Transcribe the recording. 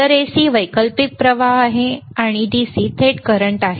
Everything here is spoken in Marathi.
तर AC वैकल्पिक प्रवाह आहे आणि DC थेट करंट आहे